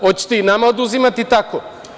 Hoćete i nama oduzimati tako?